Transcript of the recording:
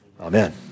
Amen